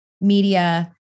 media